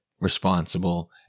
responsible